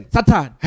Satan